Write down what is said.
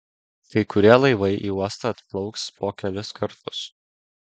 kai kurie laivai į uostą atplauks po kelis kartus